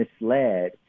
misled